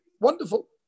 Wonderful